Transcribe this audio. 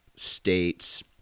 states